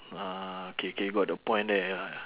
mm ah K K you got the point there ya ya